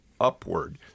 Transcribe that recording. Upward